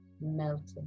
melting